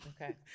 Okay